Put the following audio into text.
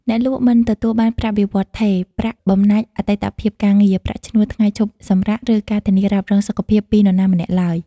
អ្នកលក់មិនទទួលបានប្រាក់បៀវត្សរ៍ថេរ ប្រាក់បំណាច់អតីតភាពការងារ ប្រាក់ឈ្នួលថ្ងៃឈប់សម្រាក ឬការធានារ៉ាប់រងសុខភាពពីនរណាម្នាក់ឡើយ។